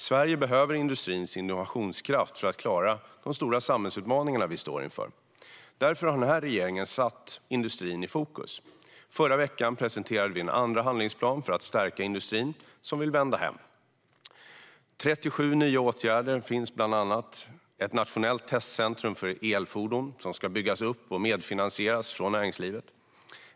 Sverige behöver industrins innovationskraft för att klara de stora samhällsutmaningar vi står inför. Därför har den här regeringen satt industrin i fokus. Förra veckan presenterade vi en andra handlingsplan för att stärka industrin, som vill vända hem. Det finns 37 nya åtgärder, och jag ska nämna några av dem. Ett nationellt testcentrum för elfordon ska byggas upp och medfinansieras från näringslivet.